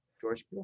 George